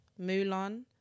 Mulan